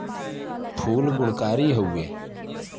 फूल गुणकारी हउवे